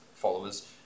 followers